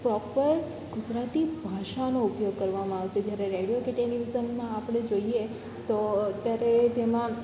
proper Gujarati ભાષાનો ઉપયોગ કરવામાં આવશે જ્યારે રેડિયો કે ટેલિવિઝનમાં આપણે જોઈએ તો અત્યારે તેમાં